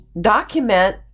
document